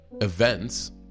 events